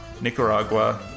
Nicaragua